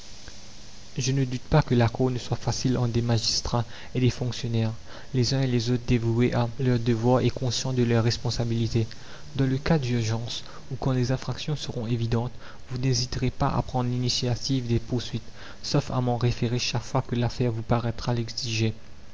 je ne doute pas que l'accord ne soit facile entre des magistrats et des fonctionnaires les uns et les autres dévoués à leurs devoirs et conscients de leur responsabilité dans le cas d'urgence ou quand les infractions seront évidentes vous n'hésiterez pas à prendre l'initiative des poursuites sauf à m'en référer chaque fois que l'affaire vous paraîtra l'exiger